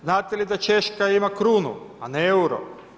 Znate li da Češka ima krunu, a ne euro.